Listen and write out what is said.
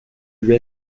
lui